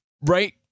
right